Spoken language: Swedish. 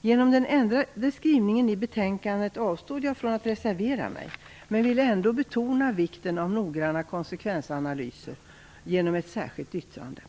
Genom den ändrade skrivningen i betänkandet avstod jag från att reservera mig. Men jag vill ändå betona vikten av noggranna konsekvensanalyser genom ett särskilt yttrande.